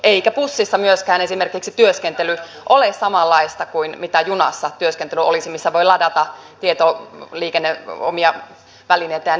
ei bussissa myöskään esimerkiksi työskentely ole samanlaista kuin junassa työskentely olisi missä voi ladata omia tietoliikennevälineitään ja niin edelleen